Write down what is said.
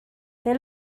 they